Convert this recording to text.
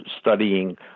studying